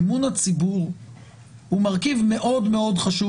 אמון הציבור הוא מרכיב מאוד-מאוד חשוב